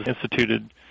instituted